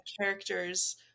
Characters